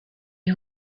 die